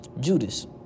Judas